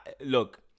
look